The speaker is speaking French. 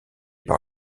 par